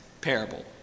parable